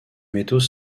métaux